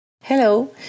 Hello